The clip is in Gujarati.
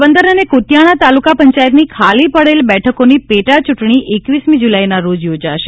પોરબંદર અને કુતિયાણા તાલુકા પંચાયતની ખાલી પડેલ બેઠકોની પેટા ચૂંટણી એકવીસમી જુલાઈના રોજ યોજાશે